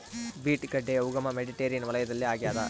beet ಗಡ್ಡೆಯ ಉಗಮ Mediterranean ವಲಯದಲ್ಲಿ ಆಗ್ಯಾದ